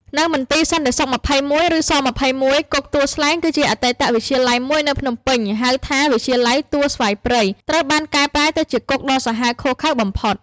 នៅមន្ទីរសន្តិសុខ ២១ (ឬស-២១) គុកទួលស្លែង គឺជាអតីតវិទ្យាល័យមួយនៅភ្នំពេញ ហៅថា វិទ្យាល័យទួលស្វាយព្រៃ ត្រូវបានកែប្រែទៅជាគុកដ៏សាហាវឃោរឃៅបំផុត។